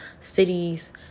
cities